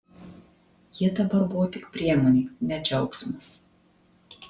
ji dabar buvo tik priemonė ne džiaugsmas